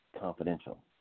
confidential